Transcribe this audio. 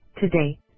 Today